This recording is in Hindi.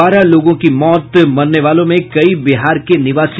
बारह लोगों की मौत मरने वालों में कई बिहार के निवासी